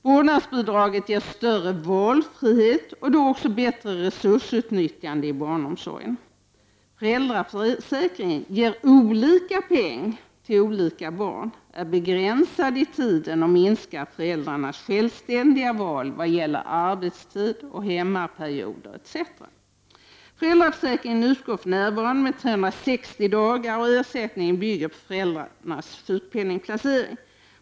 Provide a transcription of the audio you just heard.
Vårdnadsbidraget ger större valfrihet och då också bättre resursutnyttjande i barnomsorgen. Föräldraförsäkringen ger olika mycket pengar till olika barn, är begränsad i tiden och minskar föräldrarnas självständiga val när det gäller arbetstid, hemmaperioder, etc. Föräldraförsäkringen utgår för närvarande med 360 dagar, och ersättningen bygger på föräldrarnas sjukpenningplacering.